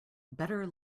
better